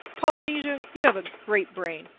polynesia, you have a great brain.